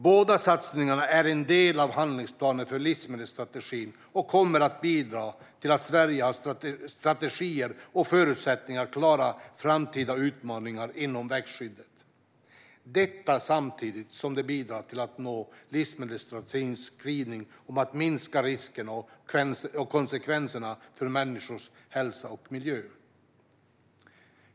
Båda satsningarna är en del av handlingsplanen för livsmedelsstrategin och kommer att bidra till att Sverige har strategier och förutsättningar att klara framtida utmaningar inom växtskyddet, detta samtidigt som de bidrar till att nå livsmedelsstrategins skrivning om att minska riskerna och konsekvenserna för människors hälsa och miljö.